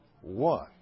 one